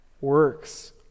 works